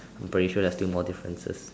I'm pretty sure there are still more differences